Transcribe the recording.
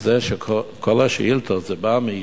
וזה שכל השאילתות באות מאשה,